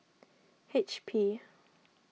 H P